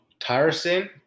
tyrosine